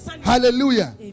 Hallelujah